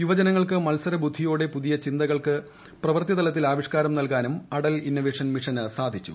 യുവജനങ്ങൾക്ക് മൽസരബുദ്ധിയോടെ പുതിയ ചിന്തകൾക്ക് പ്രവൃത്തി തലത്തിൽ ആവിഷ്കാരം നൽകാനും അടൽ ഇന്നവേഷൻ മിഷന് സാധിച്ചു